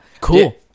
Cool